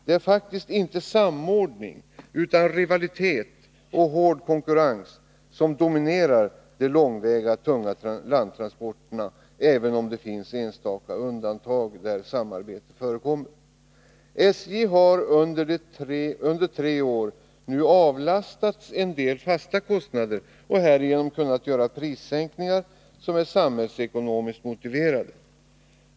Det är faktiskt inte samordning utan rivalitet och hård konkurrens som dominerar de långväga tunga landtransporterna, även om det finns enstaka undantag där samarbete förekommer. SJ har nu under tre år avlastats en del fasta kostnader och härigenom kunnat göra prissänkningar som är samhällsekonomiskt motiverade.